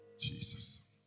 Jesus